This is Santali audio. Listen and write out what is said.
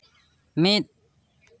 ᱢᱤᱫ